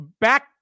back